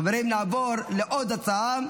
חברים, נעבור לעוד הצעה.